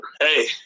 hey